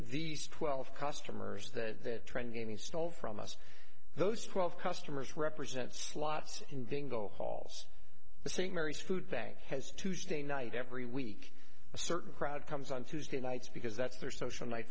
these twelve customers the trend he stole from us those twelve customers represent slots in being go hauls the st mary's food bank has tuesday night every week a certain crowd comes on tuesday nights because that's their social night